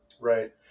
right